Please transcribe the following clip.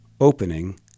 opening